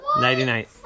nighty-night